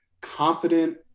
confident